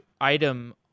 item